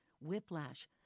whiplash